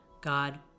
God